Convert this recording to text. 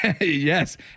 Yes